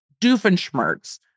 Doofenshmirtz